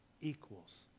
equals